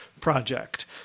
Project